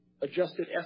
Adjusted